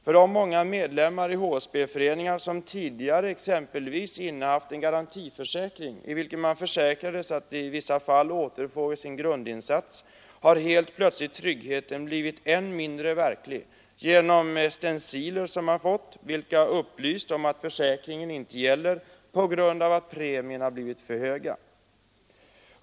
För de många medlemmar i HSB-föreningar som tidigare innehaft en garantiförsäkring, i vilken man försäkrades att i vissa fall återfå grundinsatsen, har helt plötsligt tryggheten blivit än mindre verklig genom erhållna stenciler, som upplyst A”slag för bostads om att försäkringen inte gäller längre på grund av att premierna blivit för höga.